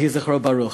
יהי זכרו ברוך.